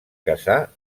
casar